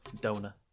donor